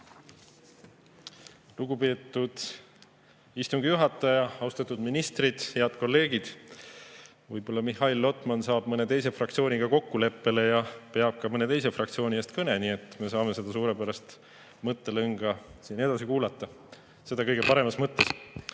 Lugupeetud istungi juhataja! Austatud ministrid! Head kolleegid! Võib-olla Mihhail Lotman saab mõne teise fraktsiooniga kokkuleppele ja peab ka mõne teise fraktsiooni eest kõne, nii et me saame seda suurepärast mõttelõnga siin edasi kuulata – seda kõige paremas mõttes.